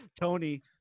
Tony